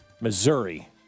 Missouri